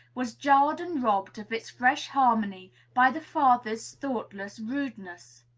was jarred and robbed of its fresh harmony by the father's thoughtless rudeness.